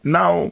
Now